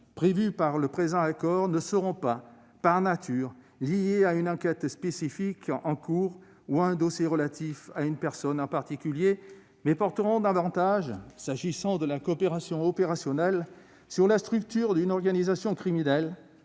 prévus par le présent accord ne seront pas, par nature, liés à une enquête spécifique en cours ou à un dossier relatif à une personne en particulier, mais porteront davantage, s'agissant de la coopération opérationnelle, sur la structure d'une organisation criminelle,